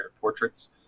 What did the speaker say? portraits